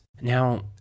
Now